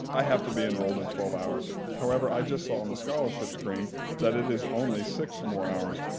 i have to be enrolled in twelve hours. however, i just saw on the scholarship screen that it is only six more hours.